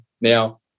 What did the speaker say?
now